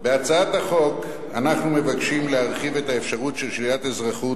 בהצעת החוק אנחנו מבקשים להרחיב את האפשרות של שלילת אזרחות,